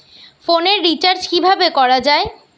ফোনের রিচার্জ কিভাবে করা যায়?